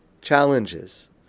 challenges